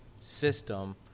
system